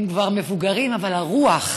הם כבר מבוגרים, אבל הרוח,